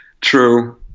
True